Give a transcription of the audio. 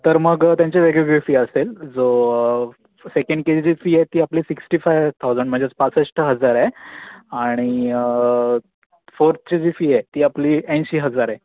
तर मग त्यांची वेगळी वेगळी फी असेल जो सेकण्ड के जीची फी आहे ती आपली सिक्स्टी फाय थाउजंड म्हणजेच पासष्ट हजार आहे आणि फोर्थची जी फी आहे ती आपली ऐंशी हजार आहे